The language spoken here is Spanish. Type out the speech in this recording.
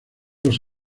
los